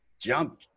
jump